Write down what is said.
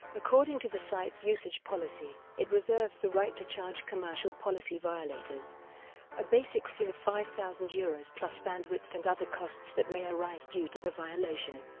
according to the site's usage policy, it reserves the right to charge commercial policy violators a basic fee of five thousand euros plus bandwidth and other costs that may arise due to the violation.